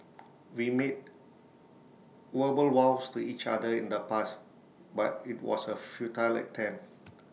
we made verbal vows to each other in the past but IT was A futile attempt